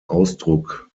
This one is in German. ausdruck